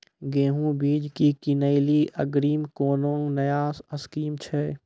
गेहूँ बीज की किनैली अग्रिम कोनो नया स्कीम छ?